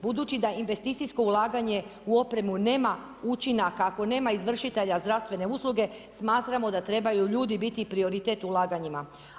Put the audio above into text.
Budući da investicijsko ulaganje u opremu nema učinaka ako nema izvršitelja zdravstvene usluge smatramo da trebaju ljudi biti prioritet u ulaganjima.